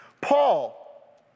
Paul